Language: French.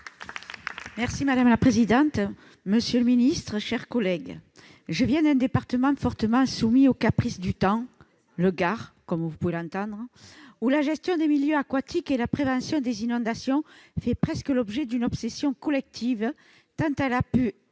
Lopez. Madame la présidente, monsieur le ministre, mes chers collègues, je viens d'un département fortement soumis aux caprices du temps, le Gard- vous pouvez l'entendre à mon accent !-, dans lequel la gestion des milieux aquatiques et la prévention des inondations fait presque l'objet d'une obsession collective, tant elle a pu